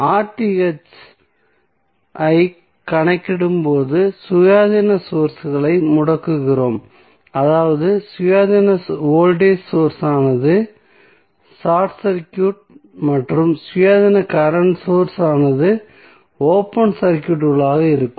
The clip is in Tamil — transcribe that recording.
RTh ஐக் கணக்கிடும்போது சுயாதீன சோர்ஸ்களை முடக்குகிறோம் அதாவது சுயாதீன வோல்டேஜ் சோர்ஸ் ஆனது ஷார்ட் சர்க்யூடட் மற்றும் சுயாதீன கரண்ட் சோர்ஸ் ஆனது ஓபன் சர்க்யூட்களாக இருக்கும்